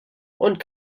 und